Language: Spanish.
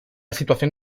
situación